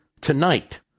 tonight